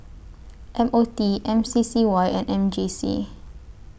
M O T M C C Y and M J C